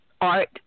art